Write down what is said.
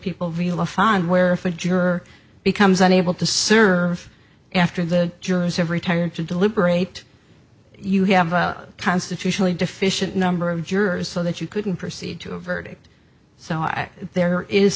people really fun where if a juror becomes unable to serve after the jurors have retired to deliberate you have a constitutionally deficient number of jurors so that you couldn't proceed to a verdict so i there is